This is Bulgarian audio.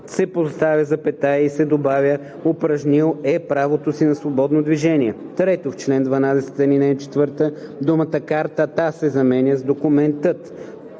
се поставя запетая и се добавя „упражнил е правото си на свободно движение“. 3. В чл. 12, ал. 4 думата „Картата“ се заменя с „Документът“.